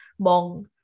mong